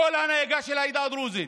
עם כל ההנהגה של העדה הדרוזית,